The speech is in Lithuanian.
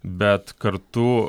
bet kartu